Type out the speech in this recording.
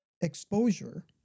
exposure